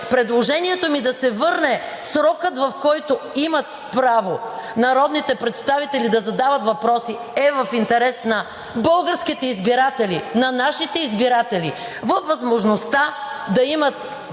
предложението ми да се върне срокът, в който имат право народните представители да задават въпроси, е в интерес на българските избиратели, на нашите избиратели, да имат възможност по най-краткия